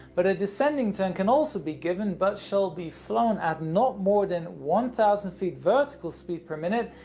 but a descending turn can also be given but shall be flown at not more than one thousand feet vertical speed per minute.